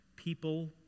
people